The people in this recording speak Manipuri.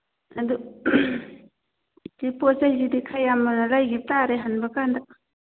ꯑꯗꯨ ꯑꯁꯤ ꯄꯣꯠ ꯆꯩꯁꯤꯗꯤ ꯈꯔ ꯌꯥꯝꯅ ꯂꯩꯈꯤꯕ ꯇꯥꯔꯦ ꯍꯟꯕꯀꯥꯟꯗ